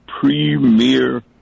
premier